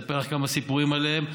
יספר לך כמה סיפורים עליהם.